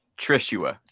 Trishua